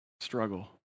struggle